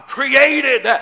created